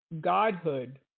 Godhood